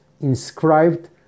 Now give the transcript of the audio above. inscribed